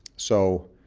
so